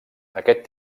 aquest